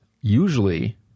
Usually